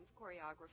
choreographer